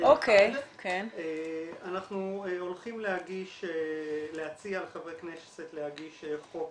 אנחנו הולכים להציע לחברי כנסת להגיש חוק